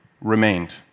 remained